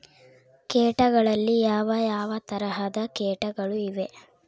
ಕೇಟಗಳಲ್ಲಿ ಯಾವ ಯಾವ ತರಹದ ಕೇಟಗಳು ಇವೆ?